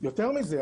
יותר מזה,